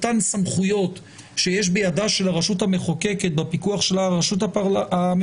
אותן סמכויות שיש בידה של הרשות המחוקקת בפיקוח שלה על הרשות המבצעת